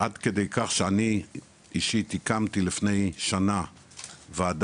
עד כדי כך שאני אישית הקמתי לפני שנה ועדה